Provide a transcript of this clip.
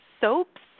soaps